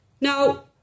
Now